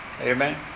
Amen